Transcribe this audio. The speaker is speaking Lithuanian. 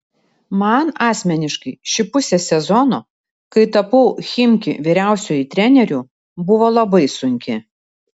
man asmeniškai ši pusė sezono kai tapau chimki vyriausiuoju treneriu buvo labai sunki